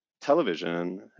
television